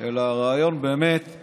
אלא הרעיון באמת הוא